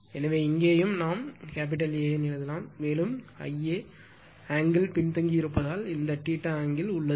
எனவே இங்கேயும் நாம் A N எழுதலாம் மேலும் Ia ஆங்கிள் பின்தங்கியிருப்பதால் இந்த அங்கிள் உள்ளது